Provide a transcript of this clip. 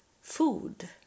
food